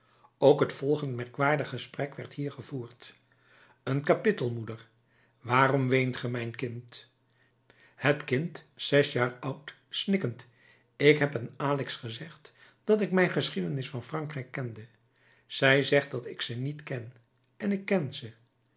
ook het volgend merkwaardig gesprek werd hier gevoerd een kapittel moeder waarom weent ge mijn kind het kind zes jaar oud snikkend ik heb aan alix gezegd dat ik mijn geschiedenis van frankrijk kende zij zegt dat ik ze niet ken en ik ken ze